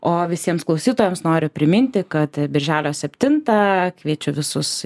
o visiems klausytojams noriu priminti kad birželio septintą kviečiu visus